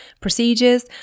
procedures